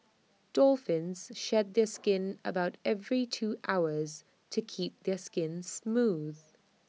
dolphins shed their skin about every two hours to keep their skin smooth